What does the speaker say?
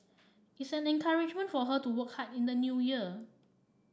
it's an encouragement for her to work hard in the New Year